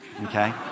okay